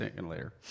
later